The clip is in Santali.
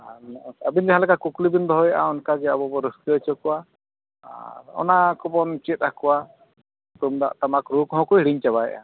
ᱟᱨ ᱟᱹᱵᱤᱱ ᱡᱟᱦᱟᱸ ᱞᱮᱠᱟ ᱠᱩᱠᱞᱤ ᱵᱤᱱ ᱫᱚᱦᱚᱭᱮᱜᱼᱟ ᱚᱱᱠᱟ ᱜᱮ ᱚᱱᱠᱟ ᱜᱮ ᱟᱵᱚ ᱵᱚ ᱨᱟᱹᱥᱠᱟᱹ ᱦᱚᱪᱚ ᱠᱚᱣᱟ ᱟᱨ ᱚᱱᱟ ᱠᱚᱵᱚᱱ ᱪᱮᱫ ᱟᱠᱚᱣᱟ ᱛᱩᱢᱫᱟᱜ ᱴᱟᱢᱟᱠ ᱨᱩ ᱠᱚ ᱦᱚᱸ ᱠᱚ ᱦᱤᱲᱤᱧ ᱪᱟᱵᱟᱭᱮᱫᱟ